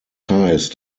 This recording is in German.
heißt